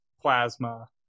plasma